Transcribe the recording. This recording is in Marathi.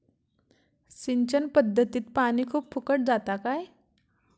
सिंचन पध्दतीत पानी खूप फुकट जाता काय?